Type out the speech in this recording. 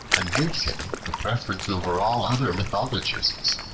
and gives him the preference over all other mythologists.